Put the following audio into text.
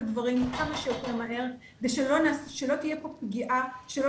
הדברים כמה שיותר מהר כדי שלא תהיה פה פגיעה שלא